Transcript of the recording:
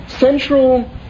Central